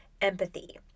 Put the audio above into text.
empathy